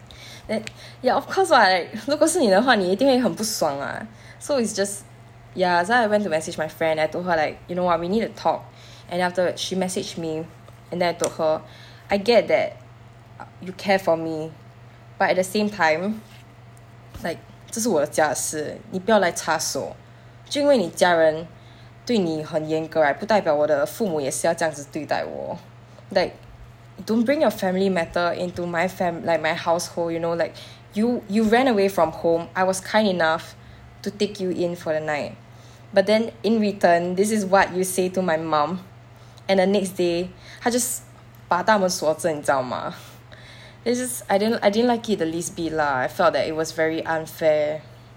that ya of course [what] 如果是你的话你一定会很不爽 [what] so it's just ya so I went the message my friend I told her like you know what we need to talk and then afterward she message me and then I told her I get that you care for me but at the same time like 这是我的家的事你不要来插手就因为你家人对你很严格 right 不代表我的父母也是要这样子对待我 like don't bring your family matter into my fami~ like my household you know like you you ran away from home I was kind enough to take you in for the night but then in return this is what you say to my mum and the next day 她 just 把大门锁着你知道吗 this this I didn't I didn't like it the least bit lah I felt that it was very unfair